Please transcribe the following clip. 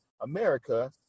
America